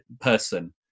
person